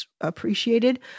appreciated